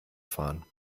fahren